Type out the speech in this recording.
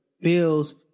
bills